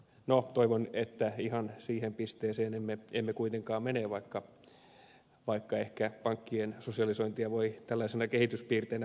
no toivon että ihan siihen pisteeseen emme kuitenkaan mene vaikka ehkä pankkien sosialisointia voi tällaisena kehityspiirteenä pitääkin